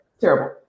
terrible